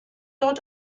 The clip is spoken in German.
dort